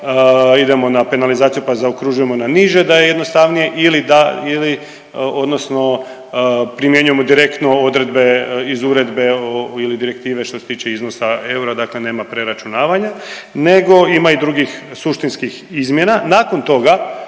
idemo na penalizaciju, pa zaokružujemo na niže da je jednostavnije ili da ili odnosno primjenjujemo direktno odredbe iz uredbe ili direktive što se tiče iznosa eura, dakle nema preračunavanja nego ima i drugih suštinskih izmjena. Nakon toga